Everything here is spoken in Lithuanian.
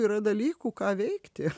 yra dalykų ką veikti